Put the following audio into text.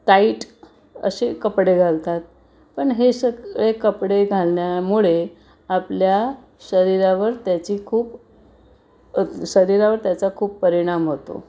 tight असे कपडे घालतात पण हे सगळे कपडे घालण्यामुळे आपल्या शरीरावर त्याची खूप शरीरावर त्याचा खूप परिणाम होतो